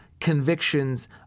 convictions